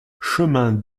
chemin